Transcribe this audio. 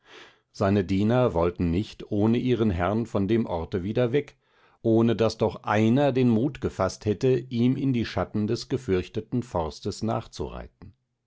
seine diener wollten nicht ohne ihren herrn von dem orte wieder weg ohne daß doch einer den mut gefaßt hätte ihm in die schatten des gefürchteten forstes nachzureiten